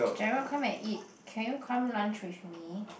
Gerald come and eat can you come lunch with me